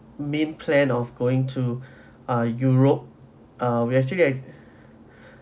main plan of going to ah europe ah we actually